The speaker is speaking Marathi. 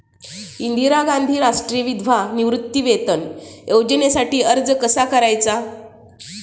इंदिरा गांधी राष्ट्रीय विधवा निवृत्तीवेतन योजनेसाठी अर्ज कसा करायचा?